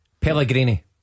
Pellegrini